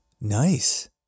Nice